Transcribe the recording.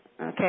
Okay